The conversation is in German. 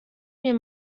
mir